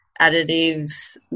additives